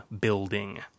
building